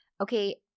okay –